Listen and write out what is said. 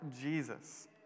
Jesus